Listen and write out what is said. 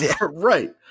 Right